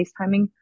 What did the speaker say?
FaceTiming